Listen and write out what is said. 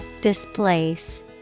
Displace